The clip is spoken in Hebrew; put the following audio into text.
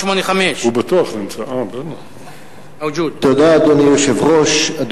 שאילתא 1185. אדוני היושב-ראש, תודה.